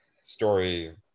story